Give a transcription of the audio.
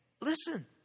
listen